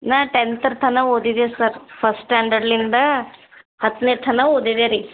ನಾನು ಟೆಂತ್ರ ತನಕ ಓದಿದೀನಿ ಸರ್ ಫಸ್ಟ್ ಸ್ಟಾಂಡರ್ಡ್ನಿಂದ ಹತ್ತನೇ ತನಕ ಓದಿದೆ ರಿ